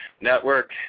Network